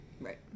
Right